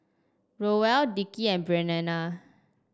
Roel Dickie and Breanna